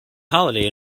holiday